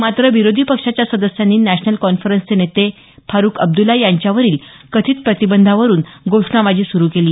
मात्र विरोधी पक्षांच्या सदस्यांनी नॅशनल कौन्फ्रेन्सचे नेते फारुख अब्दुल्ला यांच्यावरील कथित प्रतिबंधावरून घोषणाबाजी सुरू केली